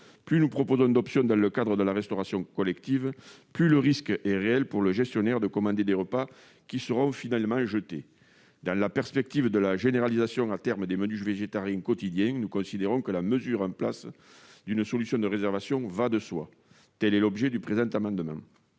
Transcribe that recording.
Plus nous proposons d'options dans le cadre de la restauration collective, plus le risque est réel pour le gestionnaire de commander des repas qui seront finalement jetés. Dans la perspective de la généralisation à terme des menus végétariens quotidiens, nous considérons que la mesure d'une solution de réservation va de soi. Quel est l'avis de la commission